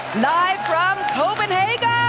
live from copenhagen.